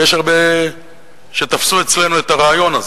ויש הרבה שתפסו אצלנו את הרעיון הזה.